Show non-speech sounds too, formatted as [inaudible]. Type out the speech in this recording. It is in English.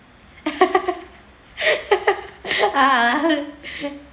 [laughs] ah